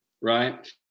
Right